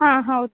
ಹಾಂ ಹೌದು